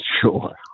Sure